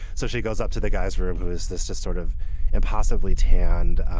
so she goes up to the guy's room. who is this just sort of impossibly tanned?